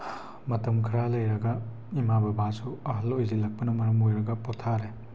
ꯃꯇꯝ ꯈꯔ ꯂꯩꯔꯒ ꯏꯃꯥ ꯕꯕꯥꯁꯨ ꯑꯍꯜ ꯑꯣꯏꯁꯤꯜꯂꯛꯄꯅ ꯃꯔꯝ ꯑꯣꯏꯔꯒ ꯄꯣꯊꯥꯔꯦ